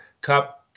Cup